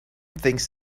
thinks